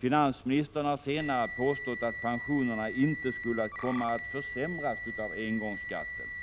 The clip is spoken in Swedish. Finansministern har senare påstått att pensionerna inte skulle komma att försämras av engångsskatten.